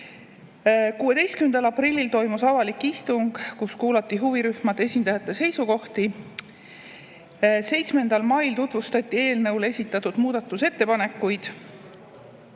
16. aprillil toimus avalik istung, kus kuulati huvirühmade esindajate seisukohti. 7. mail tutvustati eelnõu kohta esitatud muudatusettepanekuid.